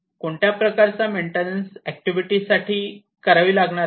कोणत्या प्रकारचा maintenance activity करावी लागणार आहे